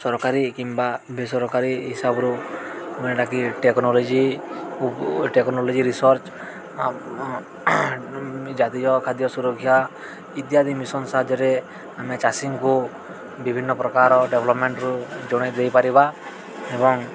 ସରକାରୀ କିମ୍ବା ବେସରକାରୀ ହିସାବରୁ ଟେକ୍ନୋଲୋଜି ଟେକ୍ନୋଲୋଜି ରିସର୍ଚ୍ଚ ଜାତୀୟ ଖାଦ୍ୟ ସୁରକ୍ଷା ଇତ୍ୟାଦି ମିଶନ ସାହାଯ୍ୟରେ ଆମେ ଚାଷୀଙ୍କୁ ବିଭିନ୍ନ ପ୍ରକାର ଡେଭଲପମେଣ୍ଟରୁ ଜଣାଇ ଦେଇପାରିବା ଏବଂ